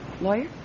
Lawyer